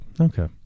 okay